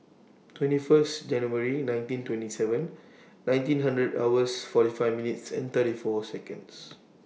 twenty First January nineteen twenty seven nineteen hundred hours forty five minutes and thirty four Seconds